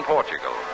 Portugal